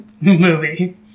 movie